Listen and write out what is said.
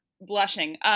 blushing